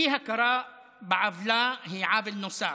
אי-הכרה בעוולה היא עוול נוסף,